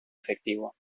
efectivo